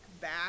back